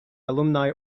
alumni